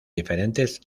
diferentes